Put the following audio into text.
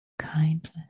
Kindness